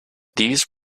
these